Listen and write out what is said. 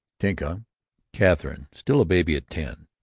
tinka katherine still a baby at ten,